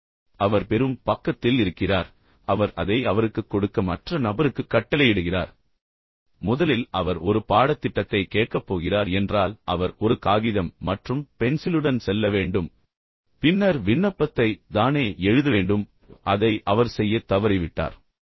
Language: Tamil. எனவே அவர் பெறும் பக்கத்தில் இருக்கிறார் ஆனால் பின்னர் அவர் அதை அவருக்குக் கொடுக்க மற்ற நபருக்கு கட்டளையிடுகிறார் அது மட்டுமல்லாமல் முதலில் அவர் ஒரு பாடத்திட்டத்தைக் கேட்கப் போகிறார் என்றால் அவர் ஒரு காகிதம் மற்றும் பென்சிலுடன் செல்ல வேண்டும் பின்னர் விண்ணப்பத்தை தானே எழுதவேண்டும் அதை அவர் செய்யத் தவறிவிட்டார்